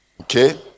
okay